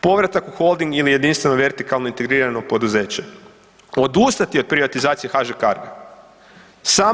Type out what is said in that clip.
Povratak u Holding ili jedinstveno vertikalno integrirano poduzeće, odustati od privatizacije HŽ Cargo-a.